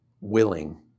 willing